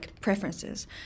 preferences